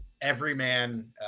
everyman